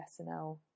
SNL